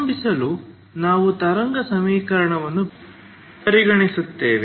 ಪ್ರಾರಂಭಿಸಲು ನಾವು ತರಂಗ ಸಮೀಕರಣವನ್ನು ಪರಿಗಣಿಸುತ್ತೇವೆ